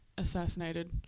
Assassinated